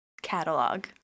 catalog